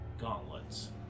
gauntlets